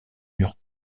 mur